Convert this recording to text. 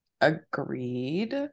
Agreed